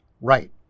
Right